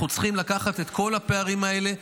אנחנו צריכים לקחת את כל הפערים האלה,